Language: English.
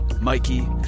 Mikey